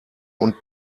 und